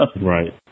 Right